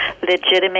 legitimate